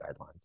guidelines